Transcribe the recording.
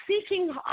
seeking